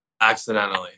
accidentally